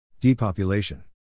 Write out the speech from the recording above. Depopulation